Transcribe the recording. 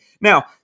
Now